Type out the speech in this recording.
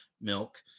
milk